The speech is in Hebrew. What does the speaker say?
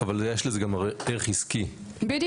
אבל יש לזה גם ערך עסקי וכלכלי.